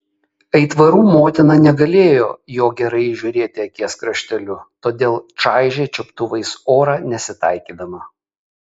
aitvarų motina negalėjo jo gerai įžiūrėti akies krašteliu todėl čaižė čiuptuvais orą nesitaikydama